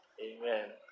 Amen